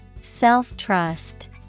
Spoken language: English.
Self-trust